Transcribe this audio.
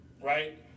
Right